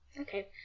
Okay